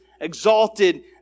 exalted